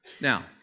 Now